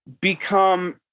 become